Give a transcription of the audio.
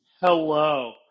Hello